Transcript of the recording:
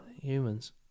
humans